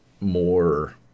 more